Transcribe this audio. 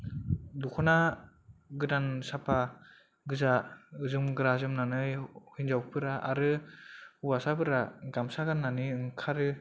द'खना गोदान साफा गोजा जोमग्रा जोमनानै हिनजावफोरा आरो हौवासाफोरा गामसा गाननानै ओंखारो